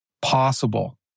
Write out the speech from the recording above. possible